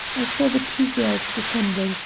i saw the two girls descending,